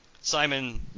Simon